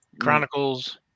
Chronicles